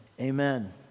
amen